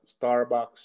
Starbucks